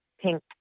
Pink